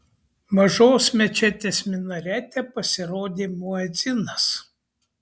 mažos mečetės minarete pasirodė muedzinas